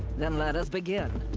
then let us begin!